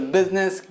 Business